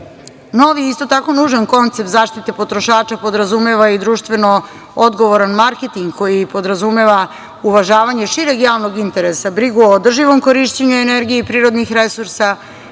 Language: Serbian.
isto tako nužan, koncept zaštite potrošača podrazumeva i društveno odgovoran marketing koji podrazumeva uvažavanje šireg javnog interesa, brigu o održivom korišćenju energije i prirodnih resursa,